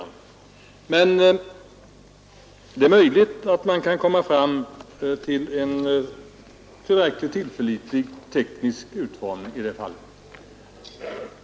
Men det är möjligt att man kan komma fram till en tillräckligt tillförlitlig teknisk utformning i det avseendet.